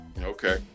okay